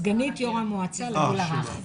סגנית יושב ראש המועצה לגיל הרך.